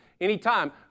anytime